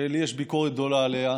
שלי יש ביקורת גדולה עליה,